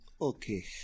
Okay